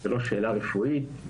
זו לא שאלה רפואית.